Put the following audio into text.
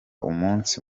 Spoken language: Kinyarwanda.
umunsi